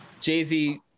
Jay-Z